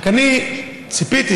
רק ציפיתי,